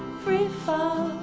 free fall